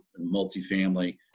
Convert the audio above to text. multifamily